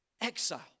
exile